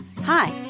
Hi